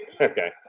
Okay